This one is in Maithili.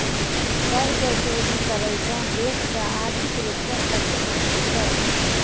कर के चोरी करै सॅ देश के आर्थिक रूप सॅ क्षति पहुँचे छै